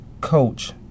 Coach